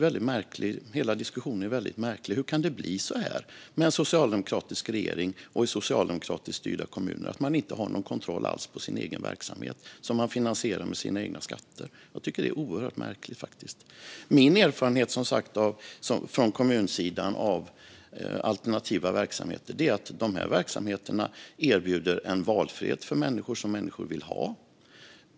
Hur kan det bli så med en socialdemokratisk regering och i socialdemokratiskt styrda kommuner att man inte har någon kontroll alls på den verksamhet som man finansierar med sina egna skatter? Jag tycker att det är oerhört märkligt. Min erfarenhet från kommunsidan av alternativa verksamheter är som sagt att dessa verksamheter erbjuder en valfrihet för människor som människor vill ha.